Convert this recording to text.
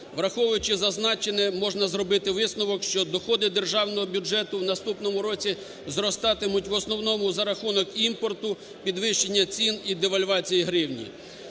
Враховуючи зазначене, можна зробити висновок, що доходи державного бюджету в наступному році зростатимуть в основному за рахунок імпорту, підвищення цін і девальвації гривні.